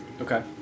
Okay